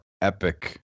epic